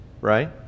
right